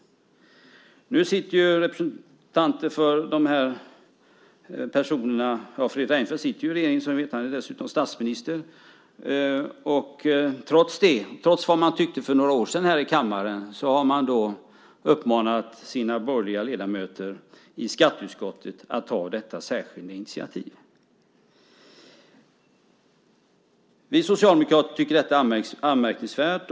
Nu sitter som vi vet Fredrik Reinfeldt i regeringen, och han är dessutom statsminister. Trots vad man tyckte för några år sedan här i kammaren har man uppmanat sina borgerliga ledamöter i skatteutskottet att ta detta särskilda initiativ. Vi socialdemokrater tycker att det är anmärkningsvärt.